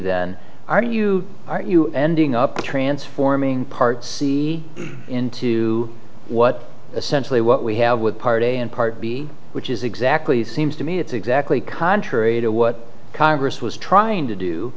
then are you are you ending up transforming part see into what essentially what we have with party and part b which is exactly seems to me it's exactly contrary to what congress was trying to do